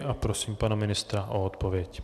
A prosím pana ministra o odpověď.